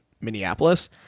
minneapolis